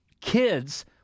kids